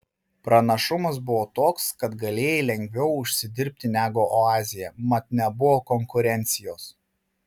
pranašumas buvo toks kad galėjai lengviau užsidirbti negu oazėje mat nebuvo konkurencijos